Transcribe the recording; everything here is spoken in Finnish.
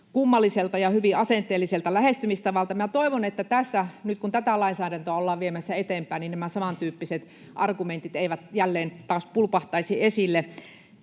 ja hyvin asenteelliselta lähestymistavalta. Minä toivon, että tässä, nyt kun tätä lainsäädäntöä ollaan viemässä eteenpäin, nämä saman tyyppiset argumentit eivät jälleen taas pulpahtaisi esille.